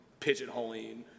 pigeonholing